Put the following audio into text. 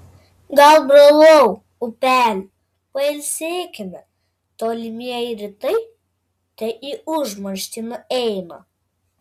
gal brolau upeli pailsėkime tolimieji rytai te į užmarštį nueina